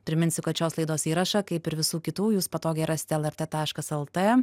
priminsiu kad šios laidos įrašą kaip ir visų kitų jūs patogiai rasite lrt taškas lt